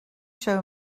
show